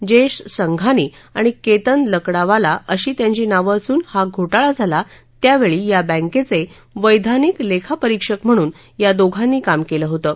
जयेश संघानी आणि केतन लकडावाला अशी त्यांची नावं असून हा घोठिक झाला त्यावेळी या बँकेचे वैधानिक लेखापरीक्षक म्हणून या दोघांनी काम केलं होतं